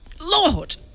Lord